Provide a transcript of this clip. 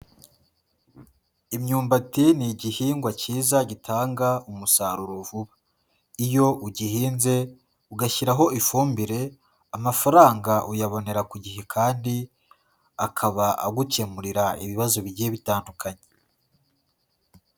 Imyumbati ni igihingwa cyiza gitanga umusaruro vuba. Iyo ugihinze ugashyiraho ifumbire, amafaranga uyabonera ku gihe kandi akaba agukemurira ibibazo bigiye bitandukanye.